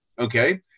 Okay